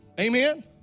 Amen